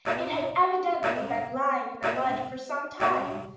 it had evidently been lying in the mud for some time,